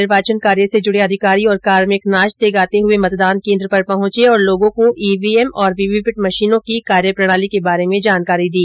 निर्वाचन कार्य से जुडे अधिकारी और कार्मिक नाचते गाते हुए मतदान केन्द्र पर पहुंचे और लोगों को ईवीएम और वीवीपैट मशीनों की कार्य प्रणाली के बारे में जानकारी दी